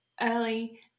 early